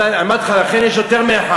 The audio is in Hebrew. אמרתי לך, לכן יש יותר מאחד.